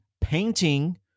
painting